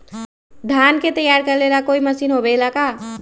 धान के तैयार करेला कोई मशीन होबेला का?